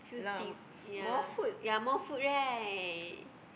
Fruities ya ya more food right